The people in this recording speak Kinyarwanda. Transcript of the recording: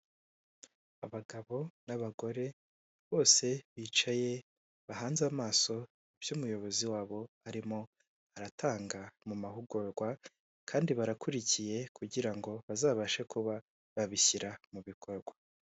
Abagabo n'abagore bose bicaye bahanze amaso ibyo umuyobozi wabo arimo aratanga mu mahugurwa, kandi barakurikiye kugira ngo bazabashe kuba babishyira mu bikorwa.